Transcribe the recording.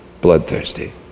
Bloodthirsty